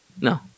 No